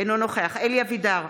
אינו נוכח אלי אבידר,